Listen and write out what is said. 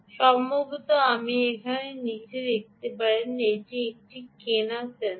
সম্ভবত আপনি এখানে নীচে দেখতে পারেন এটি একটি কেনা সেন্সর